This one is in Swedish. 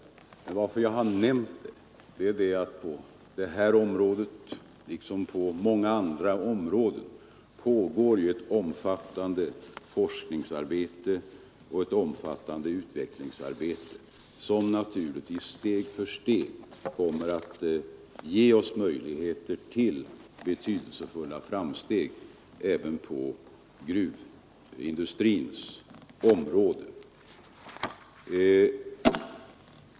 Men anledningen till att jag har nämnt stirlingmotorn är att på detta område liksom på andra områden pågår ett omfattande forskningsarbete och ett omfattande utvecklingsarbete som naturligtvis successivt kommer att ge oss möjligheter till betydelsefulla framsteg även på gruvindustrins område.